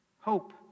Hope